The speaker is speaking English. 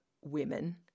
women